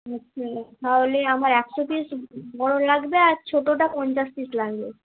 আচ্ছা তাহলে আমার একশো পিস বড় লাগবে আর ছোটোটা পঞ্চাশ পিস লাগবে